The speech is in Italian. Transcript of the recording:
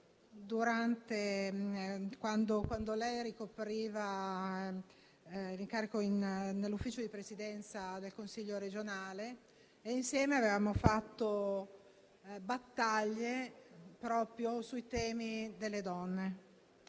quando lei ricopriva l'incarico nell'Ufficio di Presidenza del Consiglio regionale e insieme avevamo fatto battaglie proprio sui temi delle donne.